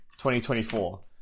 2024